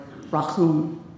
rachum